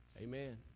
Amen